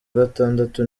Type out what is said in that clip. gatandatu